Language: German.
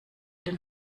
den